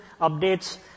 updates